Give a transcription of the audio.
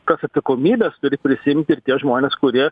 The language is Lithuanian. kas atsakomybes turi prisiimti ir tie žmonės kurie